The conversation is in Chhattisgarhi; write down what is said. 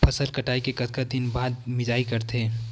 फसल कटाई के कतका दिन बाद मिजाई करथे?